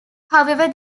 however